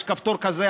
יש כפתור כזה,